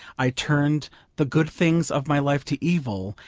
i turned the good things of my life to evil,